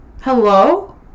Hello